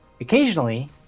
occasionally